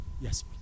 yes